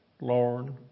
Lord